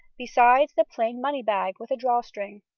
besides the plain money-bag with a draw-string.